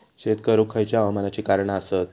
शेत करुक खयच्या हवामानाची कारणा आसत?